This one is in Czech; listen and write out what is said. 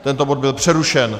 Tento bod byl přerušen.